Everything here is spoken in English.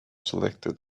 selected